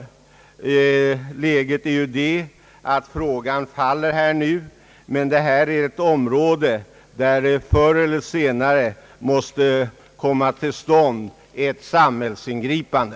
För dagen är läget sådant att frågan faller, men detta är ett fält där det förr eller senare måste ske ett samhällsingripande.